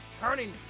turning